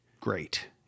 great